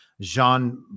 Jean